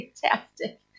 Fantastic